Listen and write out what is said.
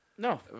No